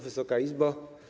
Wysoka Izbo!